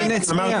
נפל.